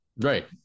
Right